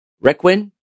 Requin